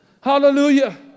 Hallelujah